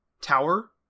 tower